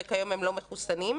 וכיום הם לא מחוסנים.